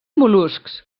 mol·luscs